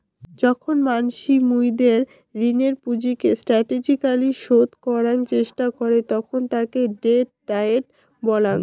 যখন মানসি মুইদের ঋণের পুঁজিকে স্টাটেজিক্যলী শোধ করাং চেষ্টা করে তখন তাকে ডেট ডায়েট বলাঙ্গ